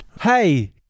hey